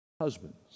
Husbands